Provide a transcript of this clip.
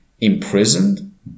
imprisoned